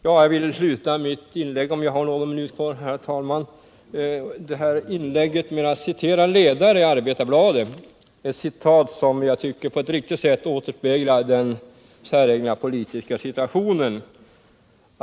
Jag vill sluta mitt inlägg — om jag har någon minut kvar, herr talman — med att citera en ledare i Arbetarbladet, ett citat som jag tycker på ett riktigt sätt återspeglar den säregna politiska situationen.